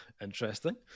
Interesting